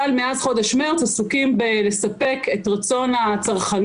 אבל מאז חודש מרס עסוקים בלספק את רצון הצרכנים,